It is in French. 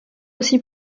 aussi